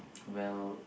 well